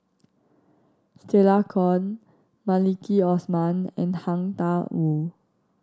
Stella Kon Maliki Osman and Tang Da Wu